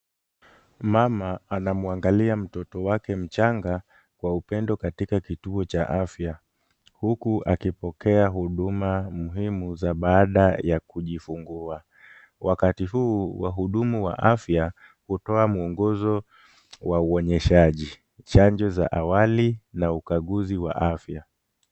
Mama, anamwangalia mtoto wake michanga kwa upendo katika kituo cha afya, huku akipokea huduma muhimu za baada ya kujifungua, wakati huu wa hudumu wa afya hutoa mwongozo wa uonyeshaji, chanjo za awali na ukaguzi wa afya.